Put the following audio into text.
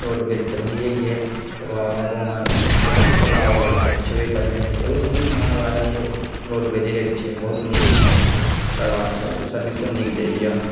roadways भइये गेल तकरबाद हमरा गाँव मे ओला उबेर सब छेबे करलै तऽ ओहि सॅं नीक हमरा लागल रोडवेज छै बहुत नीक छै तकरबाद सऽ ओ सर्विसो नीक दैया